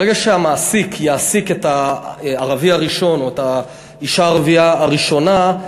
ברגע שהמעסיק יעסיק את הערבי הראשון או את האישה הערבייה הראשונה,